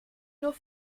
nur